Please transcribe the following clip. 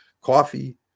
Coffee